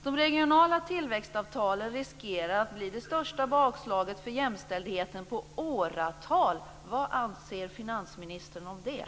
De regionala tillväxtavtalen riskerar att bli det största bakslaget för jämställdheten på åratal. Vad anser finansministern om det?